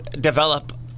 develop